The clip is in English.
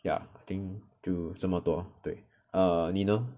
ya I think till 这么多对 err 你呢